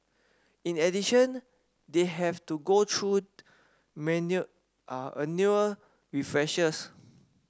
in addition they have to go through annual refreshers